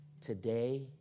today